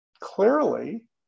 clearly